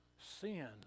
sin